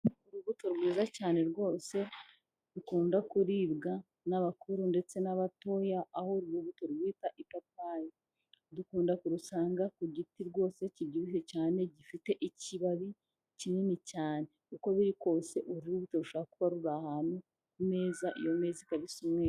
Urubuto rwiza cyane rwose rukunda kuribwa n'abakuru ndetse n'abatoya aho uru rubuto rwitwa ipapayi dukunda kurusanga ku giti rwose kibyibushye cyane gifite ikibabi kinini cyane. Uko biri kose uru rubuto rushobora kuba ruri ahantu ku meza iyo meza ikaba isa umweru.